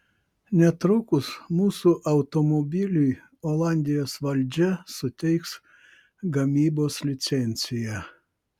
netrukus mūsų automobiliui olandijos valdžia suteiks gamybos licenciją